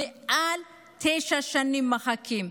מעל תשע שנים מחכים,